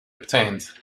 obtained